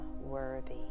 worthy